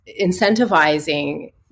incentivizing